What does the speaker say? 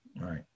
Right